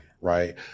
right